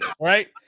right